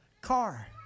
car